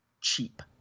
cheap